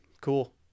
Cool